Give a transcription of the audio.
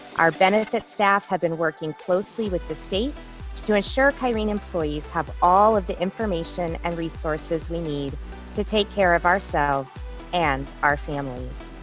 our benefits staff have been working closely with the state to ensure kyrene employees have all of the information and resources we need to take care of ourselves and our families.